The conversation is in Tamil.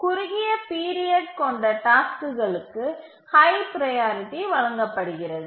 குறுகிய பீரியட் கொண்ட டாஸ்க்குகளுக்கு ஹை ப்ரையாரிட்டி வழங்கப்படுகிறது